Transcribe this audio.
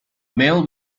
male